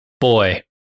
Boy